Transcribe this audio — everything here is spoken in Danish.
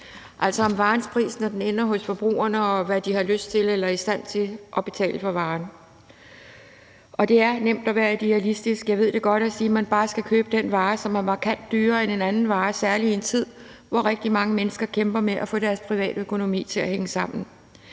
altså om varens pris, når den ender hos forbrugerne, og hvad de har lyst til eller er i stand til at betale for varerne. Jeg ved godt, at det er nemt at være idealistisk og sige, at man bare skal købe den vare, som er markant dyrere end en anden vare, særlig i en tid, hvor rigtig mange mennesker kæmper med at få deres privatøkonomi til at hænge sammen.